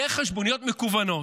יהיו חשבוניות מקוונות.